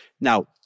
Now